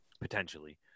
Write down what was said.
potentially